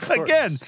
again